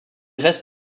reste